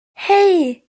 hei